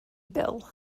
bill